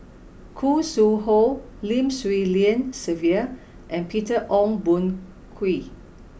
Khoo Sui Hoe Lim Swee Lian Sylvia and Peter Ong Boon Kwee